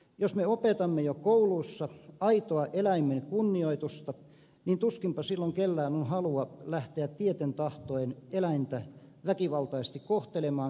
jos me opetamme jo kouluissa aitoa eläimen kunnioitusta niin tuskinpa silloin kellään on halua lähteä tieten tahtoen eläintä väkivaltaisesti kohtelemaan kiusaamaan ja kiduttamaan